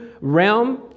realm